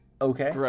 Okay